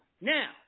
Now